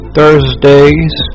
Thursdays